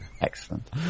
Excellent